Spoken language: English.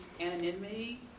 anonymity